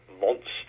monster